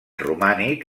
romànic